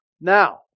Now